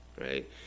right